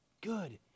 good